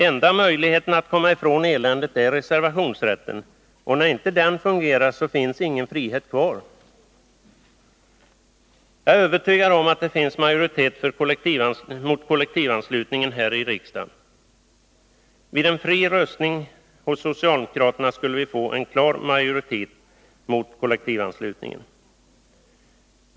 Enda möjligheten att komma ifrån eländet är reservationsrätten, och när inte den fungerar finns det ingen frihet kvar. Jag är övertygad om att det finns en majoritet mot kollektivanslutningen här i riksdagen. Vid en fri röstning bland socialdemokraterna skulle vi få en klar majoritet mot kollektivanslutningen.